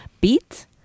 beet